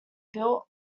built